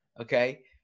Okay